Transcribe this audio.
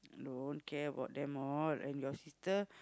don't care about them all and your sister